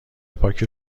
پاکی